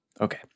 Okay